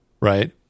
Right